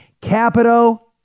Capito